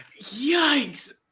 Yikes